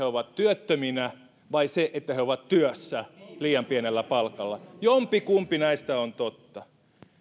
ovat työttöminä vai se että he ovat työssä liian pienellä palkalla jompikumpi näistä on totta